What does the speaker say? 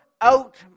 out